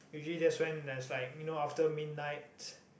usually that's when there's like you know after midnight